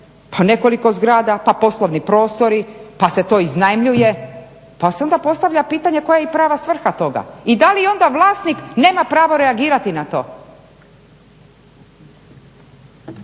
pa nekoliko zgrada, pa poslovni prostori, pa se to iznajmljuje, pa se onda postavlja pitanje koja je i prava svrha toga i da li onda vlasnik nema pravo reagirati na to.